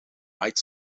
night